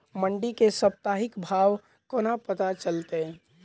मंडी केँ साप्ताहिक भाव कोना पत्ता चलतै?